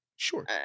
Sure